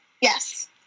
Yes